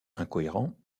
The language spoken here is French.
incohérents